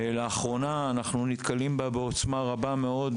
לאחרונה אנחנו נתקלים בה בעוצמה רבה מאוד,